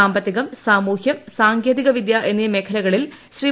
സാമ്പത്തികം സാമൂഹ്യം സാങ്കേതിക പ്പിദ്ച് എന്നീ മേഖലകളിൽ ശ്രീ